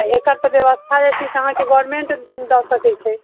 तऽ एकर तऽ ब्यबस्था जे छै से अहाँके गोरमेन्ट दऽ सकै छै